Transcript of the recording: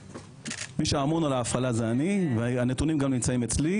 מי שאמון על ההפעלה זה אני והנתונים גם נמצאים אצלי,